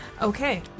Okay